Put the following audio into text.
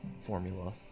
formula